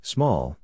Small